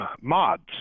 mods